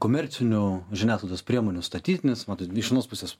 komercinių žiniasklaidos priemonių statytinis mat iš vienos pusės